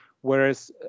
Whereas